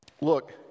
look